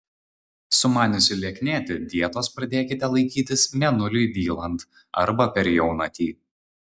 sumaniusi lieknėti dietos pradėkite laikytis mėnuliui dylant arba per jaunatį